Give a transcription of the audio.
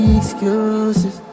excuses